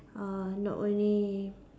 uh not only